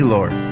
Lord